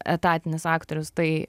etatinis aktorius tai